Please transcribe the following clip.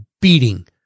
beating